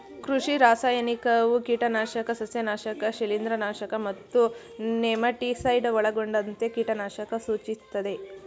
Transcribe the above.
ಕೃಷಿ ರಾಸಾಯನಿಕವು ಕೀಟನಾಶಕ ಸಸ್ಯನಾಶಕ ಶಿಲೀಂಧ್ರನಾಶಕ ಮತ್ತು ನೆಮಟಿಸೈಡ್ ಒಳಗೊಂಡಂತೆ ಕೀಟನಾಶಕ ಸೂಚಿಸ್ತದೆ